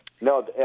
No